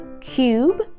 cube